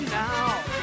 now